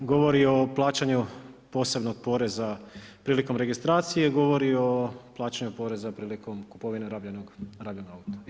Govori o plaćanju posebnog poreza prilikom registracije, govori o plaćanju poreza prilikom kupovine rabljenog auta.